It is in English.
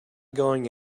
going